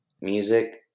music